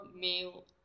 male